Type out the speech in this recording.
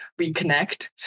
reconnect